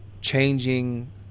changing